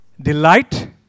delight